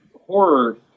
horror